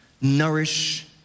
nourish